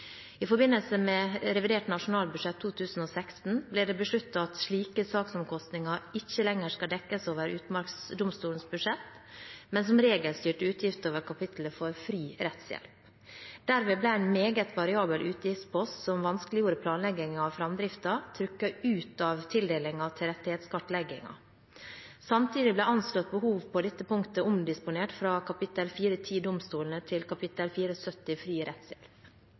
I forbindelse med revidert nasjonalbudsjett for 2016 ble det besluttet at slike saksomkostninger ikke lenger skal dekkes over Utmarksdomstolens budsjett, men som regelstyrte utgifter over kapittelet for fri rettshjelp. Dermed ble en meget variabel utgiftspost som vanskeliggjorde planleggingen av framdriften, trukket ut av tildelingen til rettighetskartleggingen. Samtidig ble anslått behov på dette punktet omdisponert fra kap. 410 Domstolene til kap. 470 Fri rettshjelp.